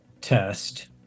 test